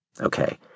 Okay